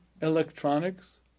electronics